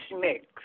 mix